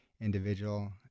individual